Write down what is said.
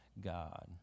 God